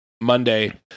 Monday